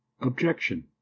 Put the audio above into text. Objection